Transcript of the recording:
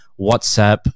WhatsApp